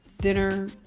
dinner